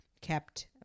kept